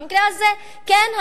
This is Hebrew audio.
במקרה הזה האזרחים,